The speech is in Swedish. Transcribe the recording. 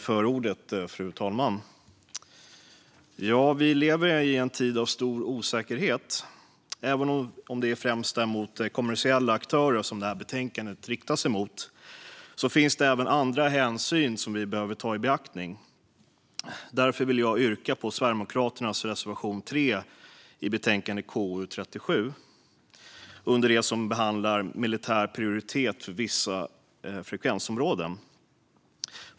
Fru talman! Vi lever i en tid av stor osäkerhet. Även om det främst är kommersiella aktörer som det här betänkandet riktar sig mot finns det även andra hänsyn som vi behöver ta i beaktande. Därför vill jag yrka bifall till Sverigedemokraternas reservation 3 i betänkande KU37. Den behandlar militär prioritet för vissa frekvensområden.